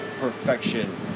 perfection